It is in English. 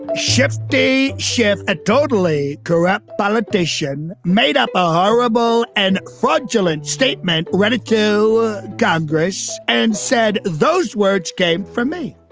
day shift a totally corrupt politician made up a horrible and fraudulent statement. read it to god, grace, and said those words came from me.